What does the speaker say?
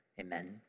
Amen